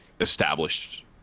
established